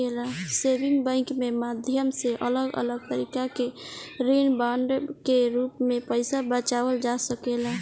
saving bank के माध्यम से अलग अलग तरीका के ऋण बांड के रूप में पईसा बचावल जा सकेला